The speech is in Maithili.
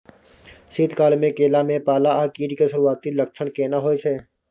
शीत काल में केला में पाला आ कीट के सुरूआती लक्षण केना हौय छै?